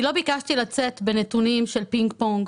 אני לא ביקשתי לצאת בנתונים של פינג-פונג.